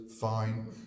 fine